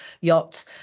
yacht